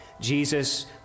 Jesus